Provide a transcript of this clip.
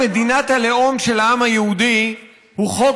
מדינת הלאום של העם היהודי" הוא חוק